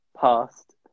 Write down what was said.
past